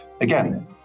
again